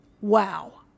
Wow